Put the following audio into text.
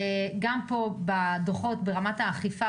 גם פה בדו"חות ברמת האכיפה,